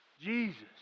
Jesus